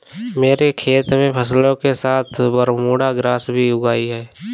मेरे खेत में फसलों के साथ बरमूडा ग्रास भी उग आई हैं